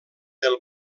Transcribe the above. del